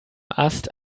ast